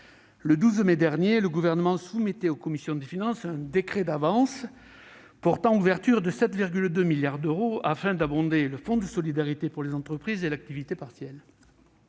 le 12 mai dernier, le Gouvernement soumettait aux commissions des finances un décret d'avance portant ouverture de 7,2 milliards d'euros afin d'abonder le fonds de solidarité pour les entreprises et de financer l'activité partielle,